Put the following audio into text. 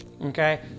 Okay